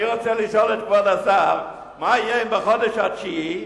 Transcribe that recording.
אני רוצה לשאול את כבוד השר מה יהיה אם בחודש התשיעי,